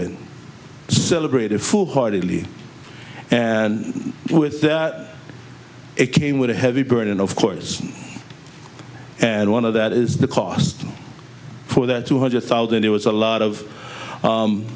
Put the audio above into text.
and celebrate a full heartedly and with it came with a heavy burden of course and one of that is the cost for that two hundred thousand there was a lot of